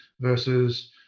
versus